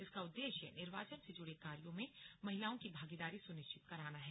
इसका उद्देश्य निर्वाचन से जुड़े कार्यो में महिलाओं की भागीदारी सुनिश्चित कराना है